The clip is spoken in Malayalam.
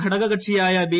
ഘടക കക്ഷിയായ ബി